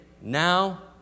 Now